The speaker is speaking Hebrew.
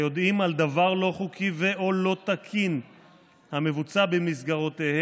היודעים על דבר לא חוקי או לא תקין המבוצע במסגרותיהם,